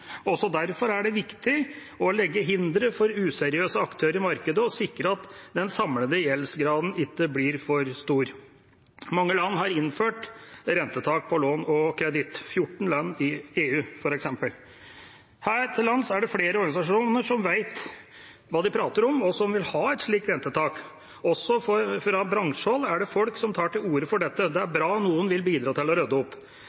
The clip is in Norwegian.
Også derfor er det viktig å legge hindre i veien for useriøse aktører i markedet og sikre at den samlede gjeldsgraden ikke blir for stor. Mange land har innført rentetak på lån og kreditt – 14 land i EU, f.eks. Her til lands er det flere organisasjoner som vet hva de prater om, og som vil ha et slikt rentetak. Også fra bransjehold er det folk som tar til orde for dette. Det er bra noen vil bidra til å rydde opp.